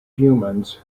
humans